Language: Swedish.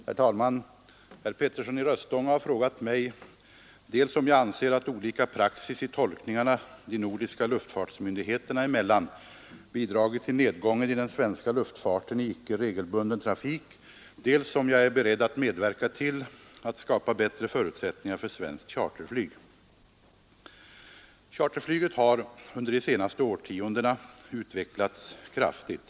Herr talman! Herr Petersson i Röstånga har frågat mig dels om jag anser att olika praxis i tolkningarna de nordiska luftfartsmyndigheterna emellan bidragit till nedgången i den svenska luftfarten i icke regelbunden trafik, dels om jag är beredd att medverka till att skapa bättre förutsättningar för svenskt charterflyg. Charterflyget har under de senaste årtiondena utvecklats kraftigt.